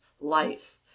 life